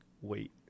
wait